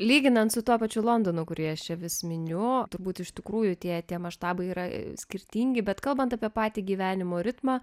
lyginant su tuo pačiu londono kurie ši vis minių turbūt iš tikrųjų tie tie maštabai yra skirtingi bet kalbant apie patį gyvenimo ritmą